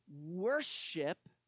Worship